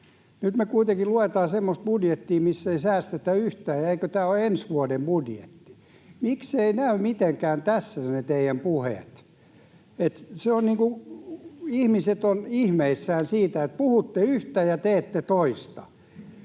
Nyt me kuitenkin luetaan semmoista budjettia, missä ei säästetä yhtään, ja eikö tämä ole ensi vuoden budjetti? Mikseivät ne näy mitenkään tässä, ne teidän puheenne? Ihmiset ovat ihmeissään siitä, että puhutte yhtä ja teette toista.